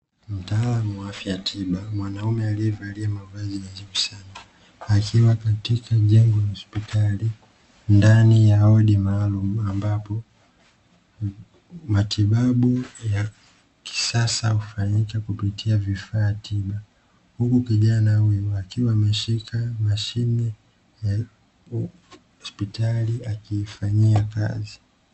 Mtaalamu wa afya ya tiba mwanaume aliyevali mavazi ya ajabu sana akiwa katika jengo la hospitali ndani ya wodi maalumu ambapo matibabu ya kisasa hufanyika kupitia vifaa tiba; huku kijana huyu akiwa ameshika mashine ya hospitali akiifanyia kazi.